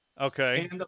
Okay